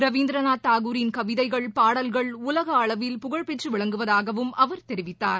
ரவீந்திரநாத் தாகூரின் கவிதைகள் பாடல்கள் உலகஅளவில் புகழ் பெற்றுவிளங்குவதாகவும் அவர் தெரிவித்தார்